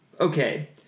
Okay